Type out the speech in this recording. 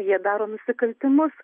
jie daro nusikaltimus